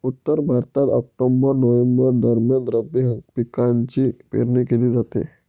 उत्तर भारतात October November दरम्यान रब्बी पिकांची पेरणी केली जाते